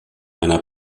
einer